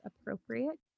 appropriate